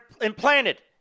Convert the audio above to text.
implanted